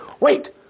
Wait